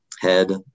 head